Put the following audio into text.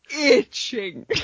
itching